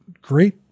great